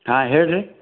ಹಾಂ ಹೇಳಿರಿ